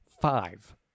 five